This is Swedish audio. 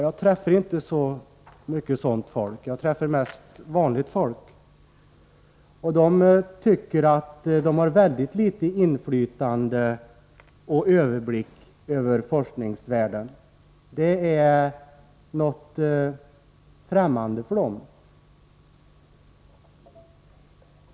Jag träffar inte så mycket sådant folk, utan jag träffar mest vanliga människor. De tycker att de har väldigt litet inflytande på och överblick över forskningsvärlden — den är främmande för dem.